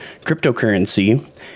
cryptocurrency